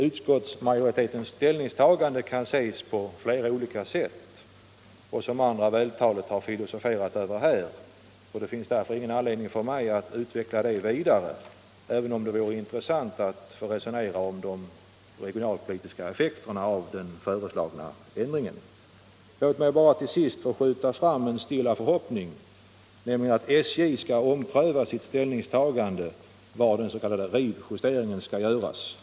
Utskottsmajoritetens ställningstagande kan ses på flera sätt, som andra vältaligt har filosoferat över här. Det finns därför ingen anledning för mig att utveckla det vidare, även om det vore intressant att resonera om de regionalpolitiska effekterna av den föreslagna ändringen. Låt mig bara till sist få skjuta fram en stilla förhoppning, nämligen att SJ skall ompröva sitt ställningstagande till var den s.k. RIV-justeringen skall göras.